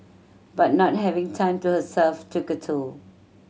but not having time to herself took a toll